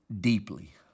deeply